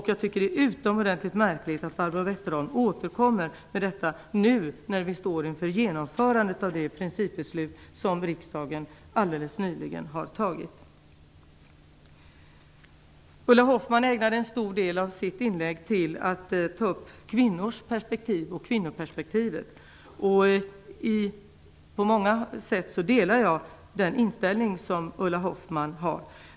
Jag tycker att det är utomordentligt märkligt att Barbro Westerholm återkommer till detta nu när vi står inför genomförandet av det principbeslut som riksdagen alldeles nyligen har fattat. Ulla Hoffmann ägnade en stor del av sitt inlägg åt kvinnoperspektivet. På många sätt har jag samma inställning som Ulla Hoffmann.